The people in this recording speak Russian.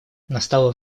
настало